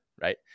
right